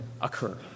occur